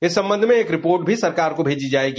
इस संबंध में एक रिपोर्ट भी सरकार को भेजी जाएगी